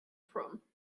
from